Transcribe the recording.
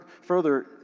further